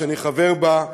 שאני חבר בה,